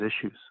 issues